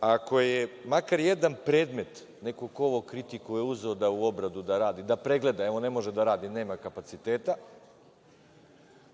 Ako je makar jedan predmet, neko ko ovo kritikuje, uzeo u obradu da radi, da pregleda, evo ne može da radi, nema kapaciteta,